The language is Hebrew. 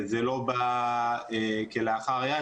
זה לא בא כלאחר יד.